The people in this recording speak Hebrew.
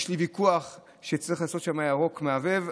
יש לי ויכוח שצריך לעשות שם ירוק מהבהב.